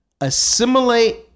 Assimilate